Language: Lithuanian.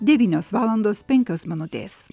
devynios valandos penkios minutės